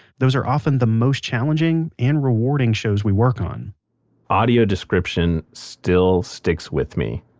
those are often the most challenging and rewarding shows we work on audio description still sticks with me.